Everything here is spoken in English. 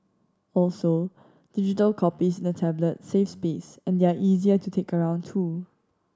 also digital copies in a tablet save space and they are easier to take around too